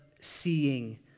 seeing